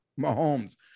Mahomes